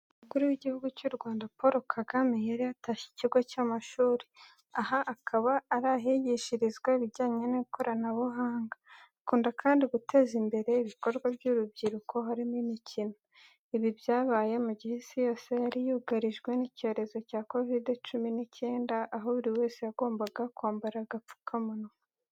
Umukuru w'igihugu cy'u Rwanda Paul Kagame, yari yatashye ikigo cy'amashuri. Aha akaba ari ahigishirizwa ibijyanye n'ikoranabuhanga. Akunda kandi guteza imbere ibikorwa by'urubyiruko harimo imikino. Ibi byabaye mu gihe isi yose yari yugarijwe n'icyorezo cya Covid cumi n'icyenda, aho buri wese yagombaga kwambara agapfukamunwa.